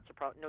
No